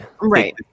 Right